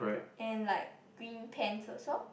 and like green pants also